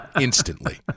instantly